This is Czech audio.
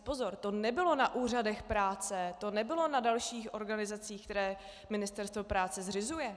Pozor, to nebylo na úřadech práce, to nebylo na dalších organizacích, které Ministerstvo práce zřizuje.